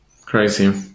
Crazy